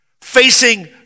facing